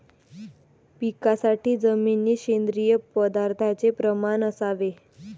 पिकासाठी जमिनीत सेंद्रिय पदार्थाचे प्रमाण असावे